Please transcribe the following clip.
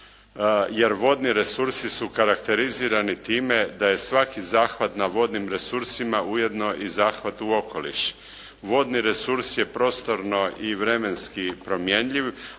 jer vodni resursi su karakterizirani time da je svaki zahvat na vodnim resursima ujedno i zahvat u okoliš. Vodni resurs je prostorno i vremenski promjenjiv,